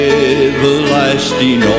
everlasting